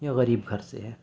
یا غریب گھر سے ہے